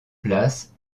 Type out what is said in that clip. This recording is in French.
places